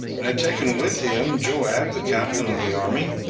and had taken with him joab the captain of the army,